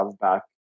back